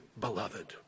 beloved